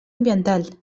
ambiental